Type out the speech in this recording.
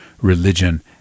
religion